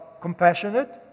compassionate